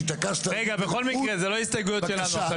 התעקשת --- בכל מקרה זה לא הסתייגויות שלנו עכשיו.